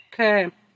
Okay